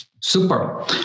Super